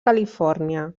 califòrnia